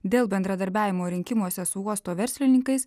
dėl bendradarbiavimo rinkimuose su uosto verslininkais